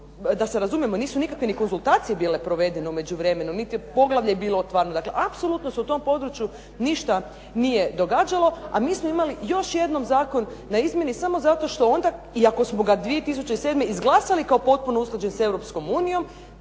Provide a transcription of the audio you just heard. Da se razumijemo nisu nikakve ni konzultacije bile provedene u međuvremenu, niti je poglavlje bilo otvarano. Dakle apsolutno se u tom području ništa nije događalo, a mi smo imali još jednom zakon na izmjeni samo zato što onda, iako smo ga 2007. izglasali kao potpuno usklađen sa Europskom unijom,